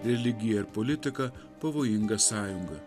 religija ir politika pavojinga sąjunga